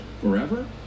forever